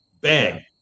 Bang